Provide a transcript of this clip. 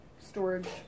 storage